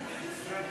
כן.